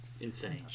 insane